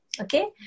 Okay